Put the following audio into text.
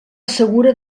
segura